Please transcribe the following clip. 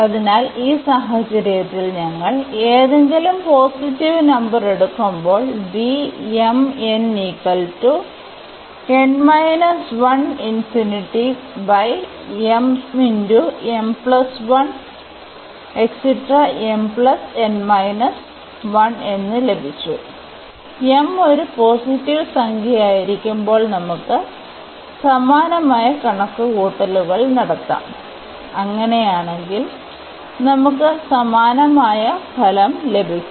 അതിനാൽ ഈ സാഹചര്യത്തിൽ ഞങ്ങൾ ഏതെങ്കിലും പോസിറ്റീവ് നമ്പർ എടുക്കുമ്പോൾ എന്ന് ലഭിച്ചു m ഒരു പോസിറ്റീവ് സംഖ്യയായിരിക്കുമ്പോൾ നമുക്ക് സമാനമായ കണക്കുകൂട്ടലുകൾ നടത്താം അങ്ങനെയാണെങ്കിൽ നമുക്ക് സമാനമായ ഫലം ലഭിക്കും